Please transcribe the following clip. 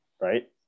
right